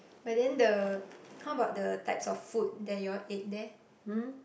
but then the how about the types of food that you all ate there